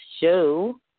show